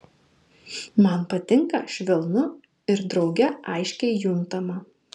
man patinka švelnu ir drauge aiškiai juntama